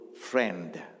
friend